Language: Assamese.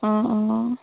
অঁ অঁ